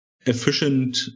efficient